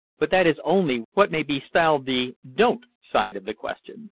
but that is only what may be styled the don't side of the question.